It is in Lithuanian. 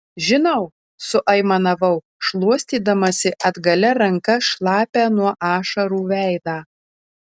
žinau suaimanavau šluostydamasi atgalia ranka šlapią nuo ašarų veidą